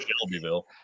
Shelbyville